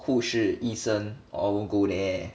护士医生 all will go there